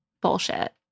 bullshit